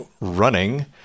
running